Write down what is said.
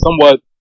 somewhat